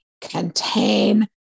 contain